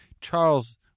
Charles